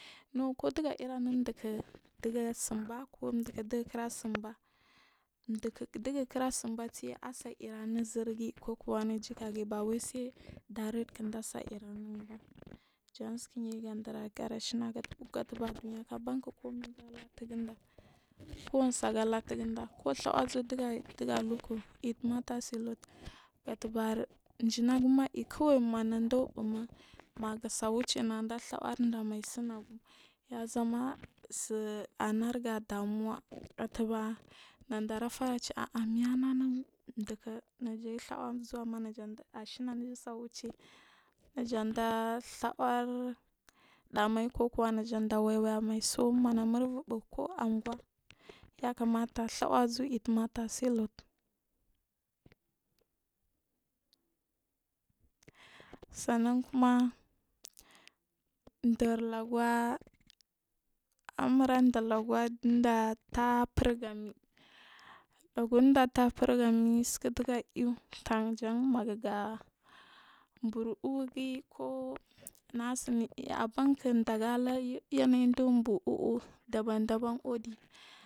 Now koɗuga irrinu ɗuku ɗiga sinba ko ɗuku ɗugakira sinba ɗukuɗ gukira sinbasuya ase irri anuzir giyi kukuwa anu jjikagi bawaisai ɗeret kikɗasai irri anunba jansuk yayi ga ɗiragari shinak gatabar ɗuniya abank kumai aga latugund kuwane su aga latugunda ku ɗha zu ɗuga luk it marter say loud gatabar jinagum aiyi kawai man ɗu buuhma magase wuce naga ɗh wardamai sinagu yazama su anarg ɗamuwa gadaba nada fara ci meyar anun ɗukuku ajayi ɗhawa izu amm aashina najasai wuce najaɗa ɗhaar ɗamai kukuwaɗa waiwayame so ma namurbu buh ku auguwa yakamata ɗhawar uzu it matersir lout sanneri kuma dur laguw amura dur lagu undat furgami lagu datah furgami suk ɗuga iyu tan jan maguga bur uu. Gi ku na suir abank ɗaga yanayi buu uuh ɗaban ɗaban uɗi.